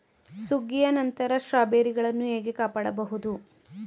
ಸುಗ್ಗಿಯ ನಂತರ ಸ್ಟ್ರಾಬೆರಿಗಳನ್ನು ಹೇಗೆ ಕಾಪಾಡ ಬಹುದು?